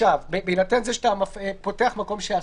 בהינתן שאתה פותח מקום שאסור.